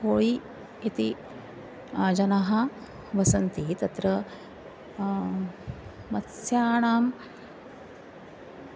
कोयि इति जनाः वसन्ति तत्र मत्स्यानाम्